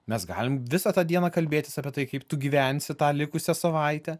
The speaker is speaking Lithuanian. mes galim visą tą dieną kalbėtis apie tai kaip tu gyvensi tą likusią savaitę